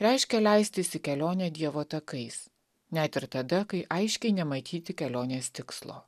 reiškia leistis į kelionę dievo takais net ir tada kai aiškiai nematyti kelionės tikslo